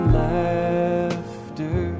laughter